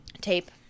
Tape